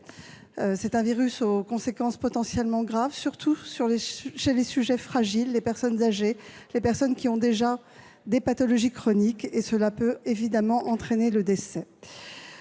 Ce virus a des conséquences potentiellement graves, surtout pour les sujets fragiles, les personnes âgées et celles qui ont déjà des pathologies chroniques ; cela peut évidemment entraîner le décès